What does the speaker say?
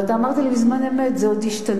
אבל אתה אמרת לי בזמן אמת: זה עוד ישתנה,